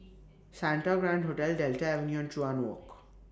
Santa Grand Hotel Delta Avenue and Chuan Walk